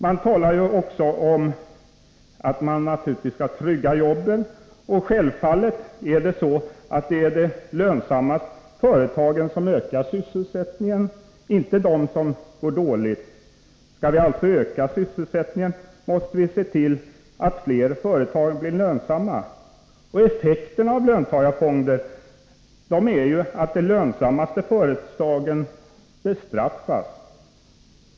Man talar också om att jobben skall tryggas. Självfallet är det de lönsammaste företagen som ökar sysselsättningen, inte de som går dåligt. Skall vi öka sysselsättningen måste vi se till att fler företag blir lönsamma. Effekten av löntagarfonder blir ju att de lönsammaste företagen bestraffas.